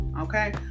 okay